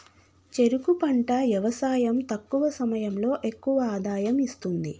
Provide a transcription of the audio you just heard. చెరుకు పంట యవసాయం తక్కువ సమయంలో ఎక్కువ ఆదాయం ఇస్తుంది